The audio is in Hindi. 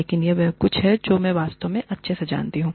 लेकिन यह वह कुछ है जो मैं वास्तव में सबसे अच्छा जानता हूं